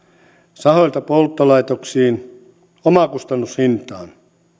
sahoilta polttolaitoksiin omakustannushintaan